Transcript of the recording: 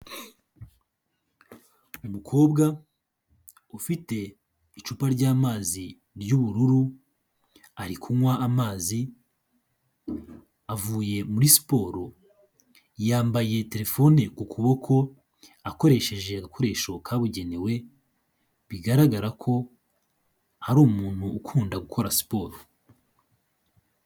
Umukobwa ufite icupa ry'amazi ry'ubururu ari kunywa amazi, avuye muri siporo, yambaye terefone ku kuboko akoresheje agakoresho kabugenewe, bigaragara ko hari umuntu ukunda gukora siporo.